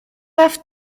have